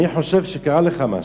אני חושב שקרה לך משהו.